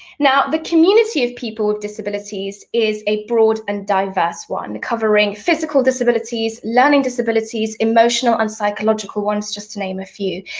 now, the community of people with disabilities is a broad and diverse one, covering physical disabilities, learning disabilities, emotional and psychological ones, just to name a few,